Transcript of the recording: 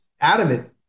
adamant